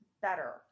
better